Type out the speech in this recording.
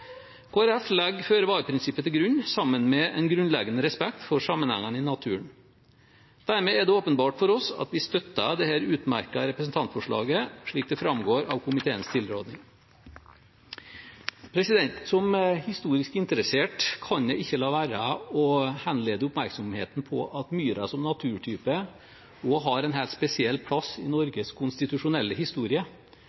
Folkeparti legger føre-var-prinsippet til grunn, sammen med en grunnleggende respekt for sammenhengene i naturen. Dermed er det åpenbart for oss at vi støtter dette utmerkede representantforslaget, slik det framgår av komiteens tilråding. Som historisk interessert kan jeg ikke la være å henlede oppmerksomheten på at myra som naturtype også har en helt spesiell plass i Norges konstitusjonelle historie.